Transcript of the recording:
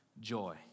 joy